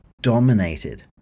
dominated